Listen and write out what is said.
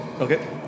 Okay